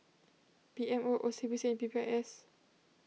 P M O O C B C and P P I S